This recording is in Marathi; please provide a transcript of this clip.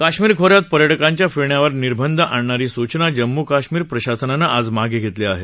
कश्मीर खो यात पर्यटकांच्या फिरण्यावर निर्बंध आणणारी सूचना जम्म् कश्मीर प्रशासनानं आज मागं घेतली आहे